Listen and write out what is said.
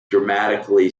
dramatically